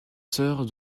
sœurs